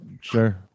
sure